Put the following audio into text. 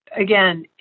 Again